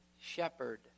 Shepherd